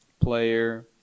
player